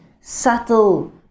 subtle